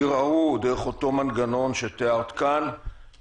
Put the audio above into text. הם ערערו דרך אותו מנגנון שאת תיארת כאן,